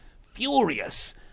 furious